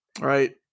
Right